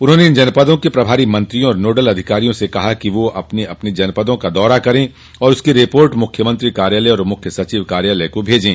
उन्होंने इन जनपदों के प्रभारी मंत्रियों और नोडल अधिकारियों से कहा कि वे अपने अपने जनपदों का दौरा कर और उसकी रिपोर्ट मुख्यमंत्री कार्यालय और मुख्य सचिव कार्यालय को भेजे